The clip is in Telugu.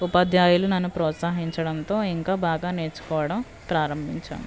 ఉపాధ్యాయులు నన్ను ప్రోత్సహించడంతో ఇంకా బాగా నేర్చుకోవడం ప్రారంభించాను